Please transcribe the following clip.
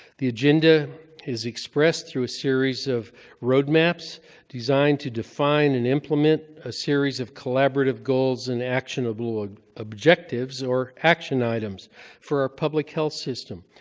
the agenda is expressed through a series of roadmaps designed to define and implement a series of collaborative goals and actionable ah objectives, or action items for our public health system.